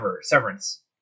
Severance